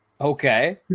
Okay